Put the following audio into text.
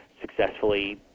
successfully